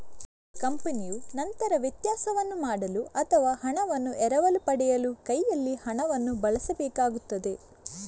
ಕಂಪನಿಯು ನಂತರ ವ್ಯತ್ಯಾಸವನ್ನು ಮಾಡಲು ಅಥವಾ ಹಣವನ್ನು ಎರವಲು ಪಡೆಯಲು ಕೈಯಲ್ಲಿ ಹಣವನ್ನು ಬಳಸಬೇಕಾಗುತ್ತದೆ